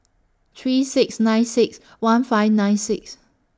three six nine six one five nine six